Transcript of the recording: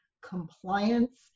compliance